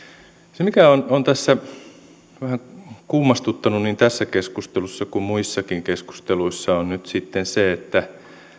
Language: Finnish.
se mikä on tässä vähän kummastuttanut niin tässä keskustelussa kuin muissakin keskusteluissa on nyt sitten se että